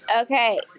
Okay